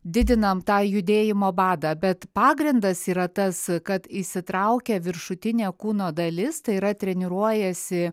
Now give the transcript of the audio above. didinam tą judėjimo badą bet pagrindas yra tas kad įsitraukia viršutinė kūno dalis tai yra treniruojasi